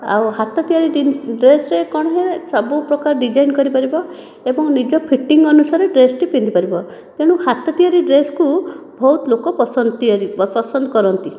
ଆଉ ହାତ ତିଆରି ଡ୍ରେସ୍ରେ କଣ ହୁଏ ସବୁପ୍ରକାର ଡିଜାଇନ୍ କରିପାରିବ ଏବଂ ନିଜ ଫିଟିଂ ଅନୁସାରେ ଡ୍ରେସ୍ଟି ପିନ୍ଧିପାରିବ ତେଣୁ ହାତ ତିଆରି ଡ୍ରେସ୍କୁ ବହୁତ ଲୋକ ପସନ୍ଦ ତିଆରି ପସନ୍ଦ କରନ୍ତି